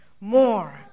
more